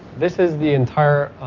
this is the entire